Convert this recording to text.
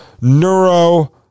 neuro